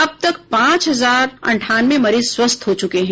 अब तक पांच हजार अंठानवे मरीज स्वस्थ हो चुके हैं